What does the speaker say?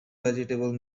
vegetable